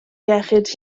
iechyd